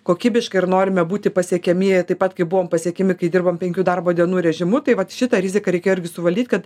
kokybišką ir norime būti pasiekiami taip pat kaip buvom pasiekiami kai dirbom penkių darbo dienų režimu tai vat šitą riziką reikėjo ir suvaldyt kad